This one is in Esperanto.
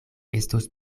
estos